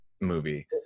movie